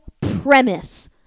premise